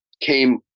came